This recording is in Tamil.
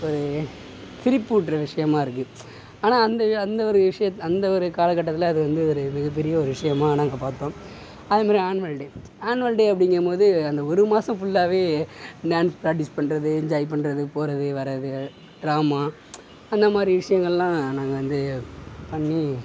ஒரு சிரிப்பூட்கிற விஷயமா இருக்கு ஆனால் அந்த ஒரு அந்த ஒரு விஷியத்தை அந்த ஒரு காலக்கட்டத்தில் அது வந்து ஒரு மிகப்பெரிய ஒரு விஷயமா நாங்கள் பார்த்தோம் அதுமாதிரி ஆன்வல்டே ஆன்வல்டே அப்படிங்கம்போது அந்த ஒரு மாசம் ஃபுல்லாகவே டான்ஸ் ப்ராக்டீஸ் பண்ணுறது என்ஜாய் பண்ணுறது போகிறது வரது ட்ராமா அந்தமாதிரி விஷயங்கள்லாம் நாங்கள் வந்து பண்ணி